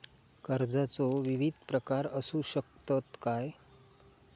कर्जाचो विविध प्रकार असु शकतत काय?